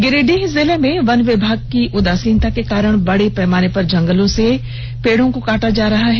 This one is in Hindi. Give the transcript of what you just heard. गिरिडीह जिले में वन विभाग की उदासीनता के कारण बड़े पैमाने पर जंगलों से पेड़ों को काटा जा रहा है